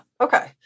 Okay